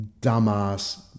dumbass